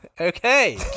Okay